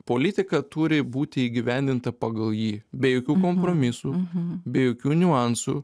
politika turi būti įgyvendinta pagal jį be jokių kompromisų be jokių niuansų